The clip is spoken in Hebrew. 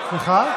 איתן,